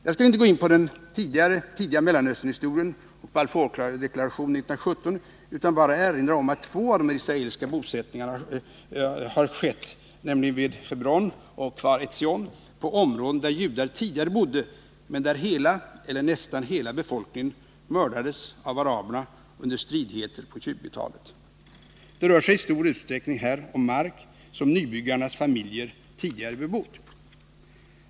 Jag skall inte gå in på den tidiga Mellanösternhistorien och Barfordeklarationen 1917 utan bara erinra om att två av de israeliska bosättningarna har skett, nämligen vid Hebron och Kvaretzion, på områden där judar tidigare bodde men där hela eller nästan hela befolkningen mördades av araberna under stridigheter på 1920-talet. Det rör sig i stor utsträckning om mark som nybyggarnas familjer tidigare bebott.